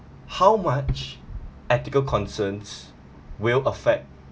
how much ethical concerns will affect